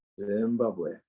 Zimbabwe